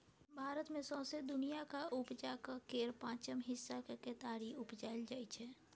भारत मे सौंसे दुनियाँक उपजाक केर पाँचम हिस्साक केतारी उपजाएल जाइ छै